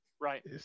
Right